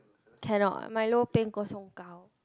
cannot Milo peng kosong kaw